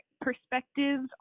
perspectives